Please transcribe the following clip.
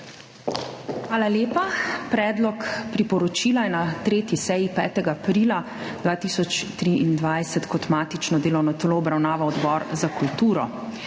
Hvala lepa. Predlog priporočila je na 3. seji 5. aprila 2023 kot matično delovno telo obravnaval Odbor za kulturo.